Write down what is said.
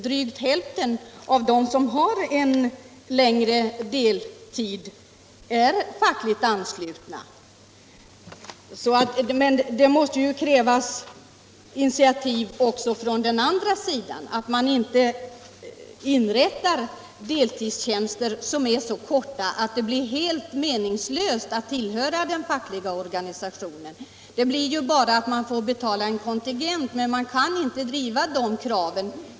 Drygt hälften av dem som har en sådan mer omfattande deltidstjänstgöring är fackligt anslutna. Men det krävs initiativ också från den andra sidan, så att det inte bara inrättas deltidstjänster med så kort tjänstgöring att det blir helt meningslöst att tillhöra den fackliga organisationen. Den deltidsarbetande får då bara betala en kontingent utan att man kan driva hans krav.